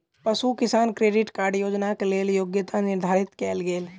पशु किसान credit card योजनाक लेल योग्यता निर्धारित कयल गेल